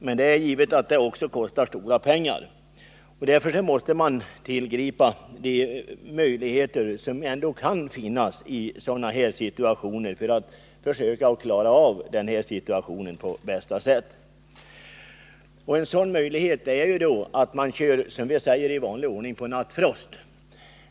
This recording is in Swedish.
Men det kostar ju stora pengar, och därför måste man utnyttja de möjligheter som ändå kan finnas i den här situationen för att försöka klara av det hela på bästa sätt. En sådan möjlighet är att man kör, som vi säger, på nattfrost.